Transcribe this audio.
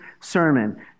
sermon